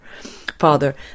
Father